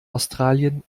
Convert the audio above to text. australien